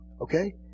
Okay